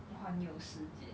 环游世界